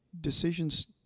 decisions